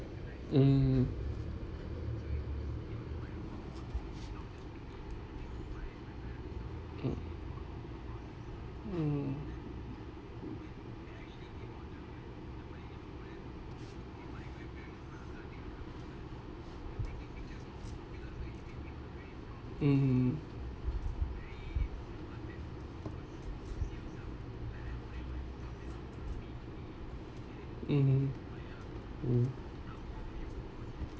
mm mm mm mmhmm mm